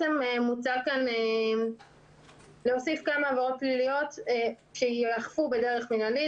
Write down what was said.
מוצע כאן להוסיף כמה עבירות פליליות שייאכפו בדרך מנהלית,